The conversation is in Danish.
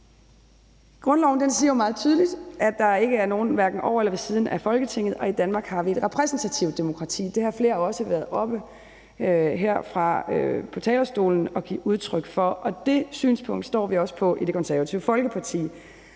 Grundloven siger meget tydeligt, at der ikke er nogen hverken over eller ved siden af Folketinget, og i Danmark har vi et repræsentativt demokrati. Det har flere også været oppe på talerstolen og give udtryk for. Det synspunkt står vi også på i Det Konservative Folkeparti.